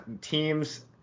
teams